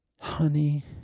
Honey